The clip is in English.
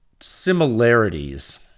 similarities